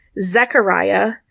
Zechariah